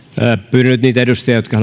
pyydän nyt niitä edustajia jotka